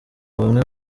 bamwe